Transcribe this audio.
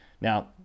Now